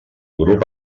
grup